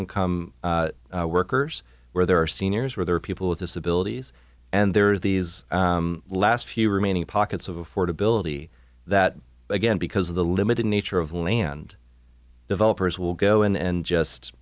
come workers where there are seniors where there are people with disabilities and there are these last few remaining pockets of affordability that again because of the limited nature of land developers will go in and just